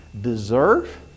Deserve